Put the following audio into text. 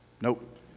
Nope